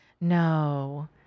no